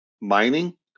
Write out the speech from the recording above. mining